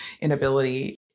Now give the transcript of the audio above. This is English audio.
inability